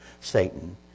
Satan